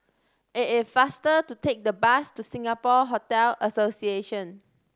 it is faster to take the bus to Singapore Hotel Association